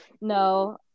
No